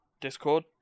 Discord